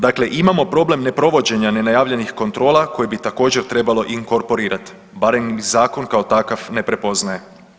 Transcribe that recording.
Dakle, imamo problem ne provođenja nenajavljenih kontrola koje bi također trebalo inkorporirati barem ih zakon kao takav ne prepoznaje.